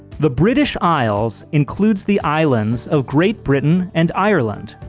the british isles includes the islands of great britain and ireland.